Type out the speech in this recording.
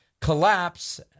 collapse—